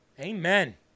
Amen